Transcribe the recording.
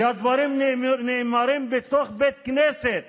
כשהדברים נאמרים בתוך בית כנסת